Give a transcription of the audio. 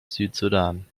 südsudan